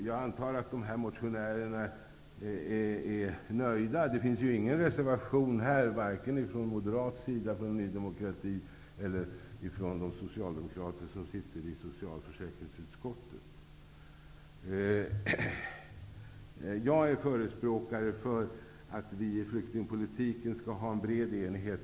Jag antar att motionärerna är nöjda. Det finns ju ingen reservation här vare sig från Moderaterna, Ny demokrati eller från de socialdemokrater som sitter i socialförsäkringsutskottet. Jag förespråkar en bred enighet i flyktingpolitiken.